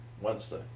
Wednesday